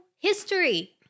history